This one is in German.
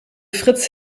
fritz